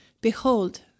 Behold